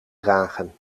dragen